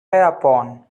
upon